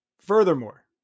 furthermore